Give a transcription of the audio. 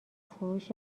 فروش